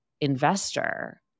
investor